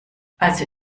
also